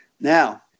Now